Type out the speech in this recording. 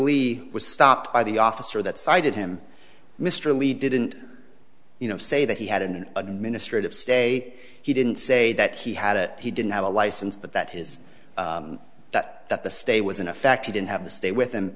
lee was stopped by the officer that cited him mr lee didn't you know say that he had an administrative stay he didn't say that he had a he didn't have a license but that his that that the stay was in effect he didn't have the stay with him